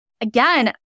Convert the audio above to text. again